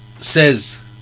says